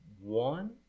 one